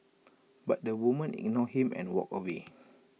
but the woman ignored him and walked away